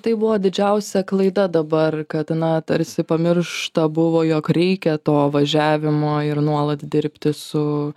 tai buvo didžiausia klaida dabar kad na tarsi pamiršta buvo jog reikia to važiavimo ir nuolat dirbti su